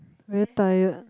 very tired